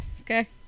okay